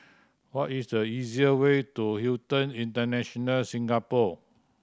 what is the easier way to Hilton International Singapore